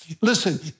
Listen